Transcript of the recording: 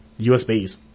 usbs